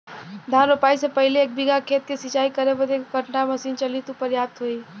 धान रोपाई से पहिले एक बिघा खेत के सिंचाई करे बदे क घंटा मशीन चली तू पर्याप्त होई?